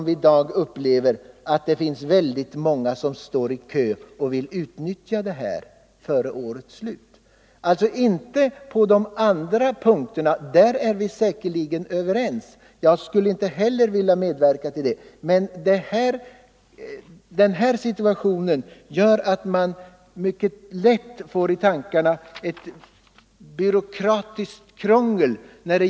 Vi upplever i dag att väldigt många står i kö och vill utnyttja möjligheten att få igångsättningstillstånd före årets slut. På de andra punkterna är vi säkerligen överens. Ingen vill väl medverka till en segregation. Men det gäller en liten grupp som upplever den här situationen som uttryck för ett byråkratiskt krångel.